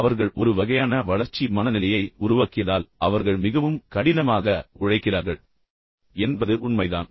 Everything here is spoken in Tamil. உண்மையில் அவர்கள் ஒரு வகையான வளர்ச்சி மனநிலையை உருவாக்கியதால் அவர்கள் மிகவும் கடினமாக உழைக்கிறார்கள் என்பது உண்மைதான்